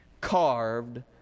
carved